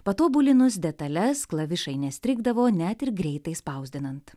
patobulinus detales klavišai nestrigdavo net ir greitai spausdinant